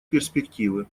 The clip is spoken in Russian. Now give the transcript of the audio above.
перспективы